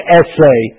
essay